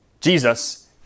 Jesus